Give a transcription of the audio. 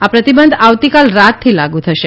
આ પ્રતિબંધ આવતીકાલ રાતથી લાગુ થશે